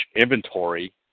inventory